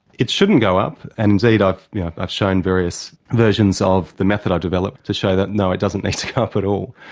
it shouldn't go up, and indeed yeah i've shown various versions of the method i've developed to show that no, it doesn't need to go up at all.